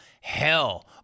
Hell